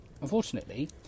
unfortunately